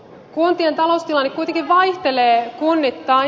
kuntien taloustilanne kuitenkin vaihtelee kunnittain